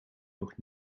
nog